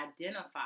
identify